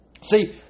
See